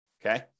Okay